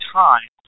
time